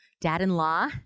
dad-in-law